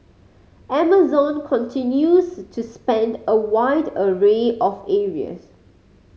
Amazon continues to spend a wide array of areas